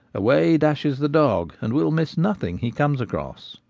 away dashes the dog, and will miss nothing he comes across.